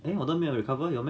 eh 我都没有 recover 有 meh